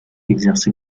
exerce